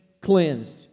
cleansed